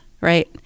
right